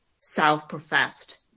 self-professed